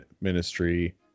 ministry